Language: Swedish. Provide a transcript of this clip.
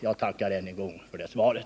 Jag tackar än en gång för det svaret.